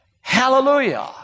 hallelujah